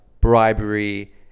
bribery